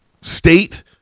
state